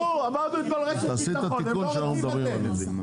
שיתנו, אמרנו אתמול רשת ביטחון, הם לא רוצים לתת.